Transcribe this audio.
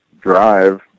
drive